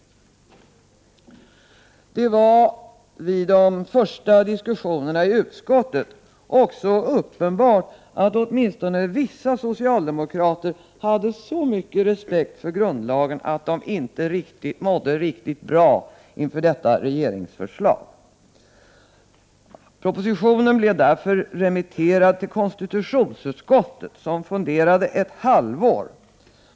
Det var vid de första diskussionerna i utskottet också uppenbart att åtminstone vissa socialdemokrater hade så mycket respekt för grundlagen att de inte mådde riktigt bra inför detta regeringsförslag. Propositionen blev därför remitterad till konstitutionsutskottet, som funderade ett halvår.